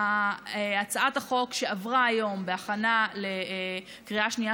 הצעת החוק שעברה היום בהכנה לקריאה שנייה